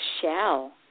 shell